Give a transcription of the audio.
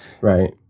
Right